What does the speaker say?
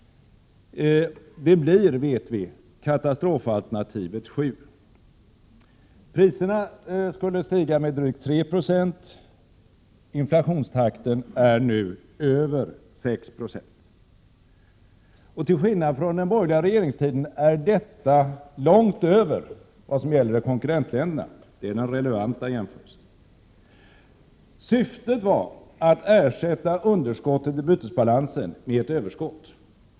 Vi vet nu att det blir katastrofalternativet på 7 2o. Priserna skulle få stiga med drygt 3 20. Inflationstakten är nu över 6 Jo. Till skillnad från vad som var fallet under den borgerliga regeringstiden är detta långt över vad som gäller konkurrentländerna. Det är den relevanta jämförelsen. Syftet var att ersätta underskottet i bytesbalansen med ett överskott.